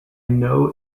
know